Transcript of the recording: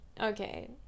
okay